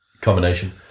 Combination